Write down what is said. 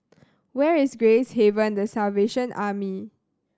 where is Gracehaven The Salvation Army